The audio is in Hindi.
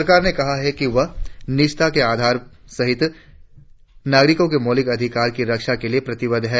सरकार ने कहा है कि वह निजता के अधिकार सहित नागरिकों के मौलिक अधिकारों की रक्षा के लिए प्रतिबद्ध है